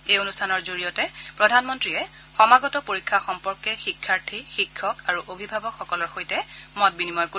এই অনুষ্ঠানটোৰ জৰিয়তে প্ৰধানমন্ত্ৰীয়ে সমাগত পৰীক্ষা সম্পৰ্কে শিক্ষাৰ্থী শিক্ষক আৰু অভিভাৱকসকলৰ সৈতে মত বিনিময় কৰিব